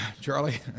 Charlie